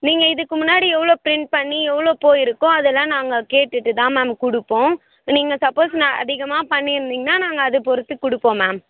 நீங்கள் இதுக்கு முன்னாடி எவ்வளோ ப்ரிண்ட் பண்ணி எவ்வளோ போய்ருக்கோ அதெல்லாம் நாங்கள் கேட்டுட்டு தான் மேம் கொடுப்போம் நீங்கள் சப்போஸ் நான் அதிகமாக பண்ணியிருந்தீங்கன்னா நாங்கள் அதை பொறுத்து கொடுப்போம் மேம்